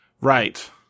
Right